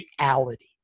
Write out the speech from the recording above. reality